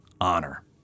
honor